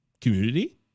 community